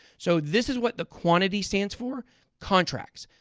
so this is what the quantity stands for contracts.